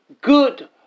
good